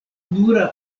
nura